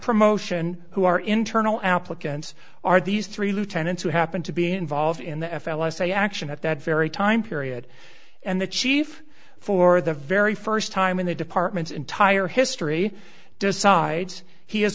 promotion who are internal applicants are these three lieutenants who happen to be involved in the f l s a action at that very time period and the chief for the very first time in the department's entire history decides he is